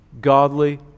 godly